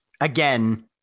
Again